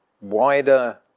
wider